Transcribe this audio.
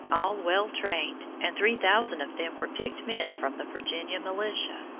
all well trained, and three thousand of them were picked men from the virginia militia.